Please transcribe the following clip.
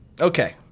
Okay